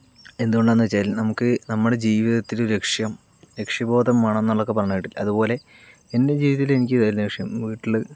എന്തുകൊണ്ടാണെന്ന് വെച്ചാല് നമുക്ക് നമ്മുടെ ജീവിതത്തിലൊരു ലക്ഷ്യം ലക്ഷ്യബോധം വേണമെന്നുള്ളതൊക്കെ പറയുന്ന കേട്ടിട്ടില്ലേ അതുപോലെ എൻ്റെ ജീവിതത്തില് എനിക്കിതായിരുന്നു ലക്ഷ്യം വീട്ടില്